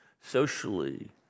socially